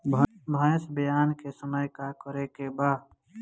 भैंस ब्यान के समय का करेके बा?